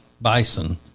bison